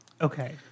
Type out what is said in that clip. Okay